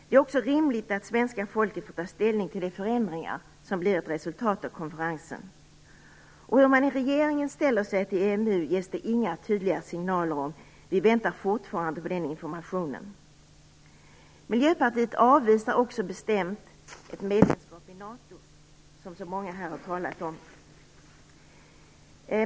Det är också rimligt att svenska folket får ta ställning till de förändringar som blir ett resultat av konferensen. Hur man i regeringen ställer sig till EMU ges det inga tydliga signaler om. Vi väntar fortfarande på den informationen. Miljöpartiet avvisar också bestämt ett medlemskap i NATO, som så många här har talat om.